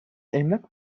emlak